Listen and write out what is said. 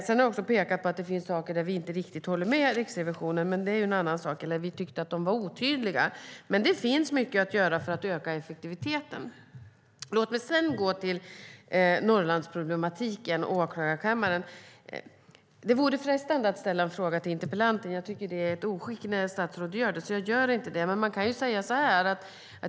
Sedan har jag också pekat på att det finns saker där vi inte riktigt håller med Riksrevisionen, men det är en annan sak. Vi tyckte att de var otydliga. Det finns dock mycket att göra för att öka effektiviteten. Låt mig sedan gå till Norrlandsproblematiken och åklagarkammaren. Det vore frestande att ställa en fråga till interpellanten, men jag tycker att det är ett oskick när statsråd gör det, så jag avstår.